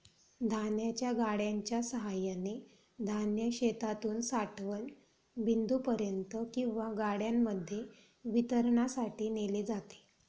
धान्याच्या गाड्यांच्या सहाय्याने धान्य शेतातून साठवण बिंदूपर्यंत किंवा गाड्यांमध्ये वितरणासाठी नेले जाते